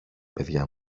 παιδιά